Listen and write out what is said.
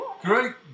great